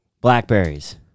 Blackberries